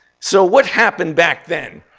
so what happened back then?